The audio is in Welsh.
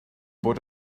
bod